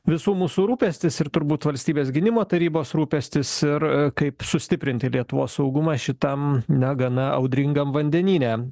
visų mūsų rūpestis ir turbūt valstybės gynimo tarybos rūpestis ir e kaip sustiprinti lietuvos saugumą šitam negana audringam vandenyne